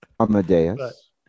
Amadeus